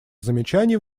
замечаний